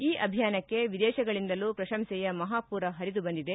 ಈ ಅಭಿಯಾನಕ್ಕೆ ವಿದೇಶಗಳಿಂದಲೂ ಪ್ರಶಂಸೆಯ ಮಹಾಪೂರ ಪರಿದು ಬಂದಿದೆ